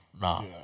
Nah